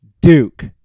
Duke